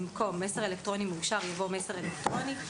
במקום "מסר אלקטרוני מאושר" יבוא "מסר אלקטרוני".